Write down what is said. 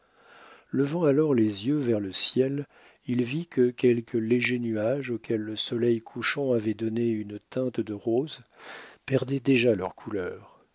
troupe levant alors les yeux vers le ciel il vit que quelques légers nuages auxquels le soleil couchant avait donné une teinte de rose perdaient déjà leur couleur